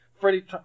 Freddie